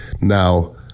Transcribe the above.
Now